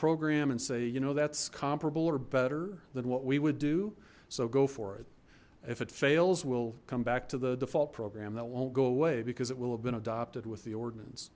program and say you know that's comparable or better than what we would do so go for it if it fails we'll come back to the default program that won't go away because it will have been adopted with the ordinance